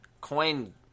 coin